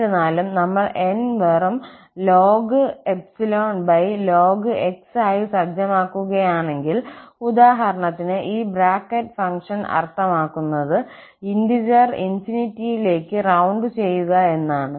എന്നിരുന്നാലും നമ്മൾ 𝑁 വെറും x ആയി സജ്ജമാക്കുകയാണെങ്കിൽ ഉദാഹരണത്തിന് ഈ ബ്രാക്കറ്റ് ഫങ്ക്ഷൻ അർത്ഥമാക്കുന്നത് ഇന്റിജെറിനെ ലേക്ക് റൌണ്ട് ചെയ്യുക എന്നാണ്